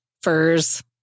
furs